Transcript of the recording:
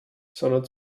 sondern